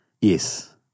Yes